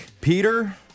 Peter